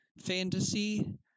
fantasy